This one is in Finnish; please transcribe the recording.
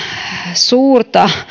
suurta